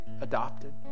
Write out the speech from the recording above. adopted